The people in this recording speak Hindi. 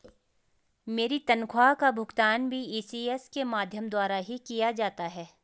मेरी तनख्वाह का भुगतान भी इ.सी.एस के माध्यम द्वारा ही किया जाता है